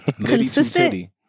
consistent